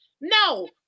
No